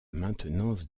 maintenance